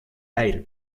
air